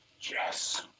Yes